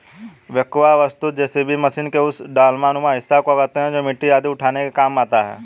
backhoe वस्तुतः JCB machine के उस डालानुमा हिस्सा को कहते हैं जो मिट्टी आदि उठाने के काम आता है